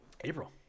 April